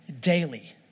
daily